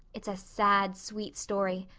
it's a sad, sweet story.